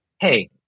Hey